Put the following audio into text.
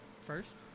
first